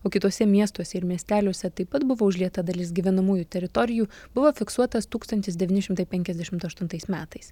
o kituose miestuose ir miesteliuose taip pat buvo užlieta dalis gyvenamųjų teritorijų buvo fiksuotas tūkstantis devyni šimtai penkiasdešimt aštuntais metais